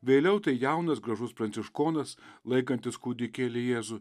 vėliau tai jaunas gražus pranciškonas laikantis kūdikėlį jėzų